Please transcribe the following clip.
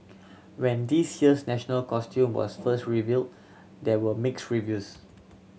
when this year's national costume was first reveal there were mix reviews